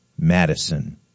Madison